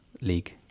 league